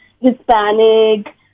Hispanic